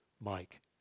Mike